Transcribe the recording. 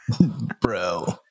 Bro